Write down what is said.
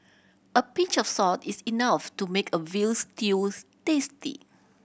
a pinch of salt is enough to make a veal stews tasty